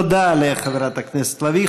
תודה לחברת הכנסת לביא.